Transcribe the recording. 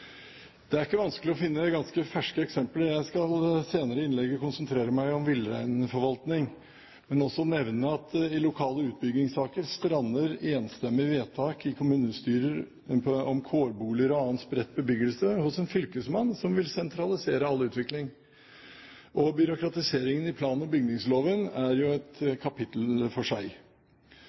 Det er ikke vanskelig å finne ganske ferske eksempler. Jeg skal senere i innlegget konsentrere meg om villreinforvaltning, men vil også nevne at i lokale utbyggingssaker strander enstemmige vedtak i kommunestyrer om kårboliger og annen spredt bebyggelse hos en fylkesmann som vil sentralisere all utvikling. Byråkratiseringen i plan- og bygningsloven er jo et kapittel for seg.